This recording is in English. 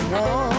one